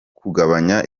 kugabanya